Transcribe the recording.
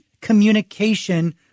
Communication